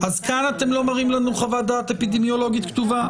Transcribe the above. כאן אתם לא מראים לנו חוות דעת אפידמיולוגית כתובה?